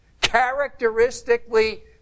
characteristically